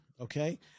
Okay